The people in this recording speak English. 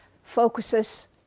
focuses